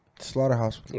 Slaughterhouse